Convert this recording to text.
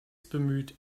bemüht